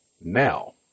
now